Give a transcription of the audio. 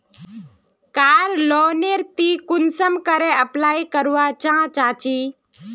कार loan नेर ती अपना कुंसम करे अप्लाई करवा चाँ चची?